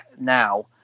now